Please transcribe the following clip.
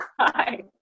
Hi